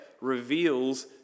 reveals